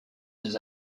des